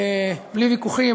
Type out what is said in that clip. בלי ויכוחים,